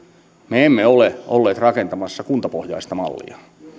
me emme ole olleet rakentamassa kuntapohjaista mallia